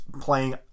playing